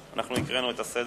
אנחנו הקראנו את הסדר.